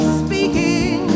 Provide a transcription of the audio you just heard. speaking